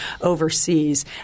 overseas